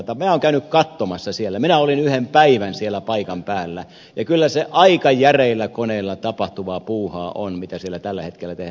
minä olen käynyt katsomassa siellä minä olin yhden päivän siellä paikan päällä ja kyllä se aika järeillä koneilla tapahtuvaa puuhaa on mitä siellä tällä hetkellä tehdään